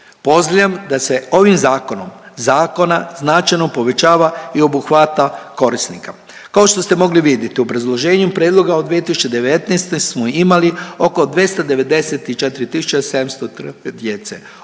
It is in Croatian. Pozdravljam da se ovim zakonom zakona značajno povećava i obuhvata korisnika. Kao što ste mogli vidjeti u obrazloženju prijedloga od 2019. smo imali oko 294.703 djece